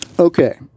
Okay